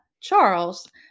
Charles